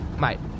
mate